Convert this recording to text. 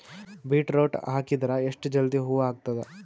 Beetroot ಹಾಕಿದರ ಎಷ್ಟ ಜಲ್ದಿ ಹೂವ ಆಗತದ?